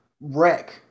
wreck